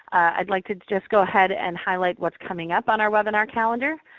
i'd like to just go ahead and highlight what's coming up on our webinar calendar.